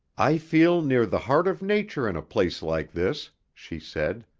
i feel near the heart of nature in a place like this, she said,